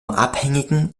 abhängigen